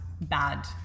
bad